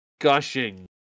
gushing